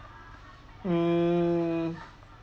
mm